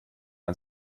man